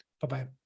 Bye-bye